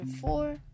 four